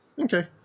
Okay